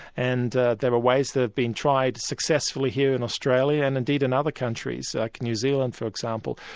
and there are ways that have been tried successfully here in australia and indeed in other countries, like new zealand for example,